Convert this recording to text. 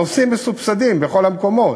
הנוסעים מסובסדים בכל המקומות.